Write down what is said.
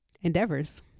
endeavors